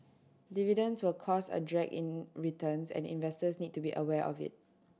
dividends will cause a drag in returns and investors need to be aware of it